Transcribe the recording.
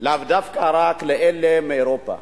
לאו דווקא רק לאלה מאירופה.